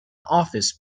office